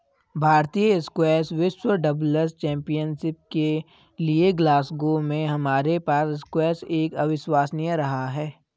भारतीय स्क्वैश विश्व doubles championship के लिएग्लासगो में हमारे पास स्क्वैश एक अविश्वसनीय रहा है